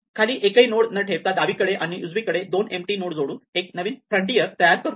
खाली एकही नोड न ठेवता डावीकडे आणि उजवीकडे दोन एम्पटी नोड जोडून एक नवीन फ्रॉन्टिएर तयार करतो